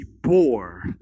bore